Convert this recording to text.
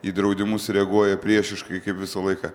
į draudimus reaguoja priešiškai kaip visą laiką